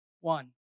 One